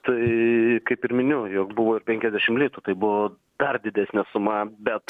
tai kaip ir minėjau jog buvo ir penkiasdešimt litų tai buvo dar didesnė suma bet